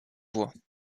voix